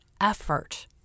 effort